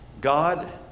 God